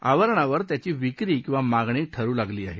आवरणावर त्याची विक्री किंवा मागणी ठरू लागली आहे